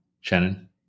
Shannon